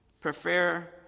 prefer